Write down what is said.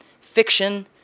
fiction